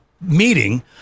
meeting